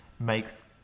makes